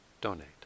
donate